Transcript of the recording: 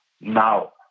now